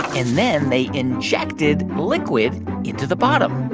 and then they injected liquid into the bottom